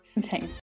Thanks